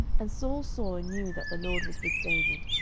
and saul saw and knew that the lord was with david,